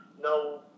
no